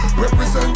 represent